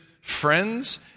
friends